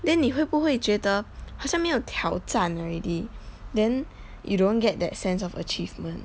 then 你会不会觉得好像没有挑战 already then you don't get that sense of achievement